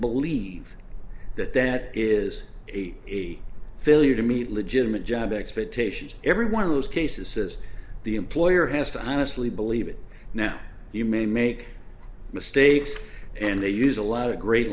believe that that is a failure to meet legitimate job expectations every one of those cases the employer has to honestly believe it now you may make mistakes and they use a lot of great